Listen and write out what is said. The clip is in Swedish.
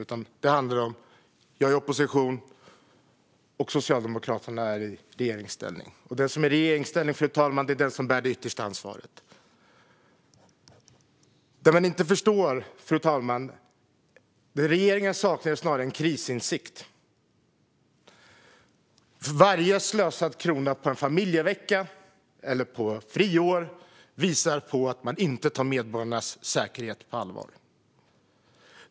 Detta handlar om att jag är i opposition och Socialdemokraterna i regeringsställning, fru talman, och den som är i regeringsställning är den som bär det yttersta ansvaret. Det regeringen saknar är snarare krisinsikt. Varje krona slösad på familjevecka eller friår visar att man inte tar medborgarnas säkerhet på allvar.